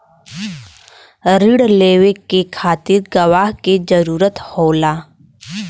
रिण लेवे के खातिर गवाह के जरूरत होला